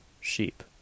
sheep